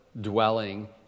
dwelling